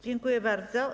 Dziękuję bardzo.